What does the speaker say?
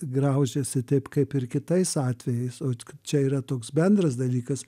graužiasi taip kaip ir kitais atvejais o čia yra toks bendras dalykas